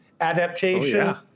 adaptation